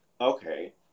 Okay